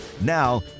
Now